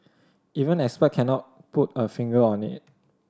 even expert cannot put a finger on it